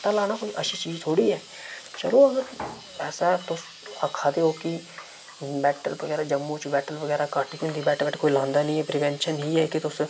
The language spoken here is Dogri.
सट्टा लाना कोई अच्छी चीज थोह्ड़ी ऐ चलो अगर ऐसा तुस आक्खा दे ओ कि बेटल बगैरा जम्मू च बेटल बगैरा घट्ट गै होंदी बेट बुट कोई लांदा नी प्रिवेंशन इ'यै कि तुस